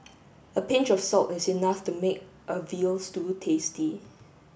a pinch of salt is enough to make a veal stew tasty